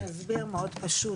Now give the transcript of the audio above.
אני אסביר מאוד פשוט.